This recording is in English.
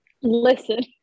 Listen